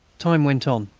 time went on,